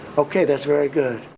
okay. that's very good.